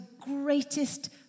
greatest